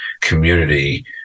community